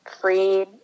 free